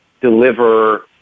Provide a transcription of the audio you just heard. deliver